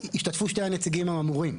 ישתתפו שני הנציגים האמורים?